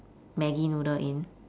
maggi noodle in